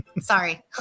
Sorry